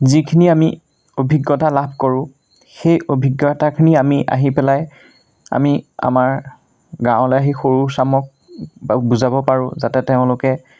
যিখিনি আমি অভিজ্ঞতা লাভ কৰোঁ সেই অভিজ্ঞতাখিনি আমি আহি পেলাই আমি আমাৰ গাঁৱলৈ আহি সৰু চামক বুজাব পাৰোঁ যাতে তেওঁলোকে